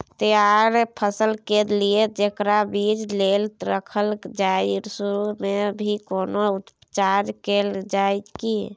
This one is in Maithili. तैयार फसल के लिए जेकरा बीज लेल रखल जाय सुरू मे भी कोनो उपचार कैल जाय की?